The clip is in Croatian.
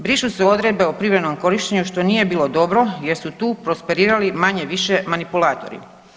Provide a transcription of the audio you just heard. Brisu se odredbe o privremenom korištenju što nije bilo dobro, jer su tu prosperirali manje-više manipulatori.